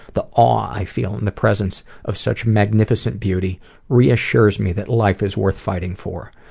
the awe i feel in the presence of such magnificent beauty reassures me that life is worth fighting for.